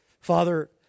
Father